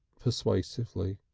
persuasively.